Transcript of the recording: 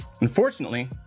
Unfortunately